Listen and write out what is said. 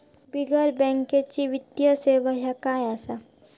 बिगर बँकेची वित्तीय सेवा ह्या काय असा?